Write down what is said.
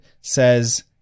says